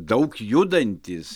daug judantys